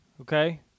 okay